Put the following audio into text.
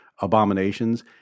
abominations